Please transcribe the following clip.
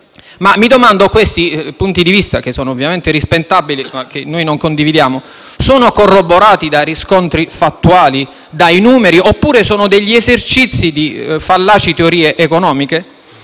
Mi domando: questi punti di vista, che sono ovviamente rispettabili ma che noi non condividiamo, sono corroborati da riscontri fattuali e dai numeri, oppure sono degli esercizi di fallaci teorie economiche?